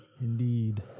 indeed